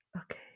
okay